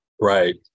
Right